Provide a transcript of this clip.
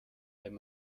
wenn